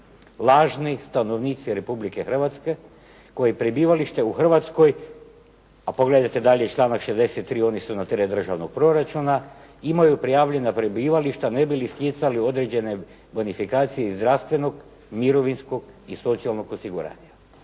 Lažni stanovnici Republike Hrvatske koji prebivalište u Hrvatskoj, a pogledajte dalje članak 63., oni su na teret državnog proračuna, imaju prijavljena prebivališta ne bi li stjecali određene benifikacije iz zdravstvenog, mirovinskog i socijalnog osiguranja.